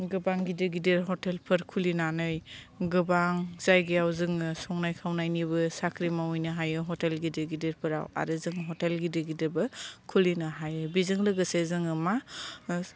गोबां गिदिर गिदिर हटेलफोर खुलिनानै गोबां जायगायाव जोङो संनाय खावनायनिबो साख्रि मावहैनो हायो हटेल गिदिर गिदिरफोराव आरो जों हटेल गिदिर गिदिरबो खुलिनो हायो बेजों लोगोसे जोङो मा